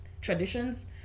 traditions